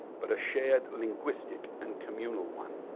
but a shared linguistic and communal one'.